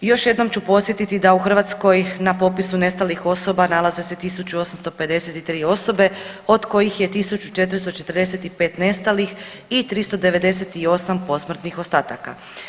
I još jednom ću podsjetiti da u Hrvatskoj na popisu nestalih osoba nalaze se 1853 osobe od kojih je 1445 nestalih i 398 posmrtnih ostataka.